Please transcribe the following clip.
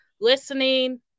listening